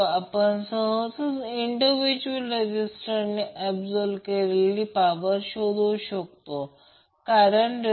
तर यासह हा एक एक्झरसाइज आहे हा प्रॉब्लेम मला काही पुस्तकातून मिळाला आहे